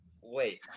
wait